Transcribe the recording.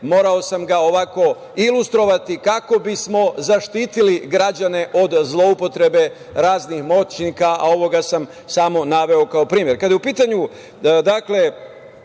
morao sam ga ovako ilustrovati kako bismo zaštitili građane od zloupotrebe raznih moćnika, a ovo sam samo naveo kao primer. Kada